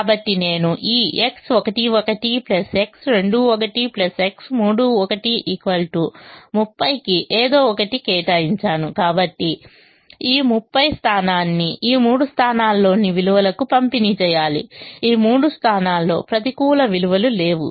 కాబట్టి నేను ఈ X11 X21 X31 30 కి ఏదో ఒకటి కేటాయించాను కాబట్టి ఈ 30 స్థానాన్ని ఈ మూడు స్థానాల్లోని విలువలకు పంపిణీ చేయాలి ఈ మూడు స్థానాల్లో ప్రతికూల విలువలు లేవు